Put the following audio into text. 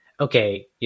okay